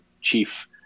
chief